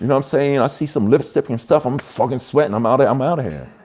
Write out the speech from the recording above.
you know i'm sayin'? i see some lipstick and stuff, i'm fuckin' sweatin', i'm outta i'm outta here.